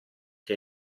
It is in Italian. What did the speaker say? che